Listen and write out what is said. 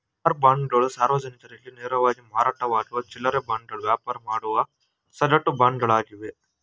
war ಬಾಂಡ್ಗಳು ಸಾರ್ವಜನಿಕರಿಗೆ ನೇರವಾಗಿ ಮಾರಾಟವಾಗುವ ಚಿಲ್ಲ್ರೆ ಬಾಂಡ್ಗಳು ವ್ಯಾಪಾರ ಮಾಡುವ ಸಗಟು ಬಾಂಡ್ಗಳಾಗಿವೆ